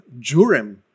Jurem